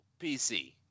PC